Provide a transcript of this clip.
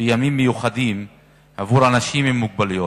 בימים מיוחדים עבור אנשים עם מוגבלות.